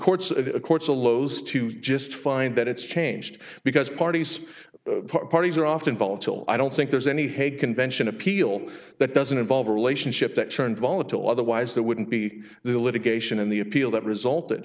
courts the lows to just find that it's changed because parties parties are often volatile i don't think there's any hague convention appeal that doesn't involve a relationship that turned volatile otherwise that wouldn't be the litigation in the appeal that resulted but